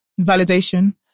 Validation